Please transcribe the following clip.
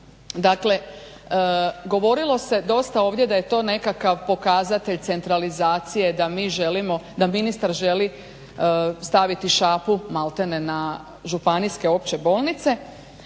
Dakle, govorilo se dosta ovdje da je to nekakav pokazatelj centralizacije, da mi želimo, da ministar želi staviti šapu maltene na županijske opće bolnice.